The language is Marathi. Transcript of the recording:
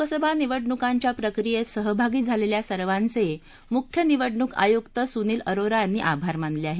लोकसभा निवडणुकांच्या प्रक्रीयेत सहभागी झालेल्या सर्वाचे मुख्य निवडणुक आयुक्त सुनील अरोरा यांनी आभार मानले आहेत